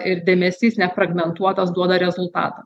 ir dėmesys nefragmentuotas duoda rezultatą